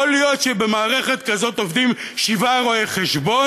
יכול להיות שבמערכת כזאת עובדים שבעה רואי-חשבון?